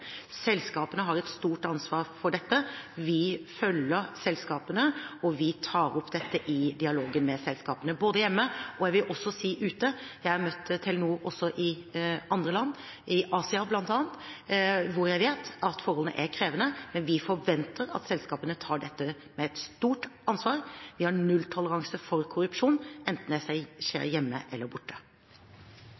Selskapene har et stort ansvar for dette. Vi følger selskapene, og vi tar opp dette i dialogen med selskapene, både hjemme og jeg vil også si ute. Jeg har møtt Telenor også i andre land, bl.a. i Asia, hvor jeg vet at forholdene er krevende. Men vi forventer at selskapene tar et stort ansvar her. Vi har nulltoleranse for korrupsjon, enten det skjer hjemme eller borte.